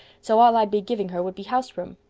so all i'd be giving her would be house room.